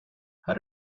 how